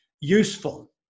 useful